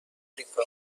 مونیکا